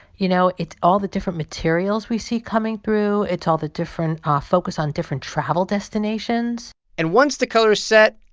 you know, it's all the different materials we see coming through. it's all the different ah focus on different travel destinations and once the color is set,